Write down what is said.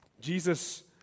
Jesus